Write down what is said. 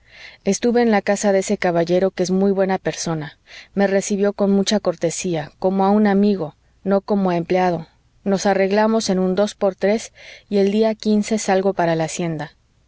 estuve en la casa de ese caballero que es muy buena persona me recibió con mucha cortesía como a un amigo no como a empleado nos arreglamos en un dos por tres y el día salgo para la hacienda